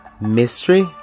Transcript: Mystery